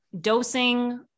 dosing